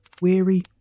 weary